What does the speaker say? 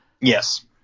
Yes